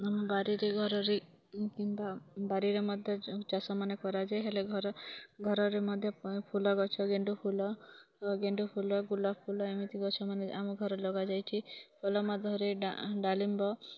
ଆମ ବାରିରେ ଘରରେ କିମ୍ବା ବାରିରେ ମଧ୍ୟ ଚାଷ ମାନ କରାଯାଏ ହେଲେ ଘର ଘରରେ ମଧ୍ୟ ଫୁଲ ଗଛ ଗେଣ୍ଡୁ ଫୁଲ ଗେଣ୍ଡୁ ଫୁଲ ଗୋଲାପ ଫୁଲ ଏମିତି ଗଛମାନେ ଆମ ଘରରେ ଲଗାଯାଇଛି ଫଲ ମଧ୍ୟରେ ଡ଼ାଲିମ୍ବ